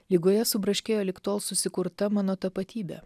ligoje subraškėjo lig tol susikurta mano tapatybė